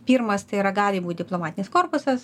pirmas tai yra gali būti diplomatinis korpusas